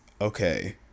okay